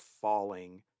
falling